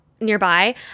nearby